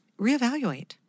reevaluate